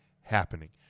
happening